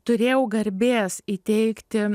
turėjau garbės įteikti